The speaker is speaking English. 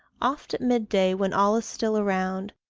oft at mid-day when all is still around,